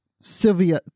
sylvia